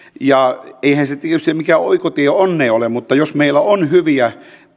ja eihän se tietysti mikään oikotie onneen ole mutta jos meillä on on hyviä